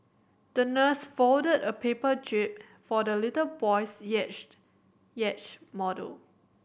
the nurse folded a paper jib for the little boy's model